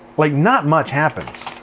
like not much happens.